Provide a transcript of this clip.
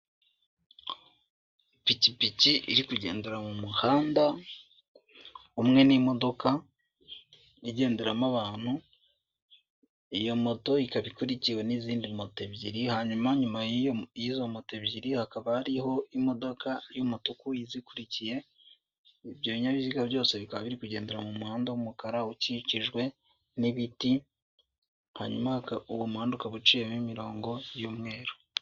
Ipikipiki iri kugendera mu muhanda umwe n'imodoka igenderamo abantu iyo moto ikaba ikurikiwe n'izindi moto ebyiri hanyuma nyuma yizo moto ebyiri hakaba hariho imodoka y'umutuku izikurikiye ibyo binyabiziga byose bikaba biri kugendera mu muhanda w'umukara ukikijwe n'ibiti hanyuma uwo muhanda uka uciyemo imirongo y'umweru.